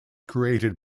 created